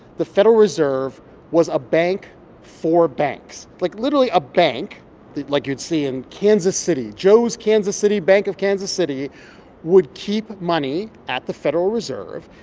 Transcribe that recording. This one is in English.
the federal reserve was a bank for banks like, literally a bank like you'd see in kansas city. joe's kansas city bank of kansas city would keep money at the federal reserve.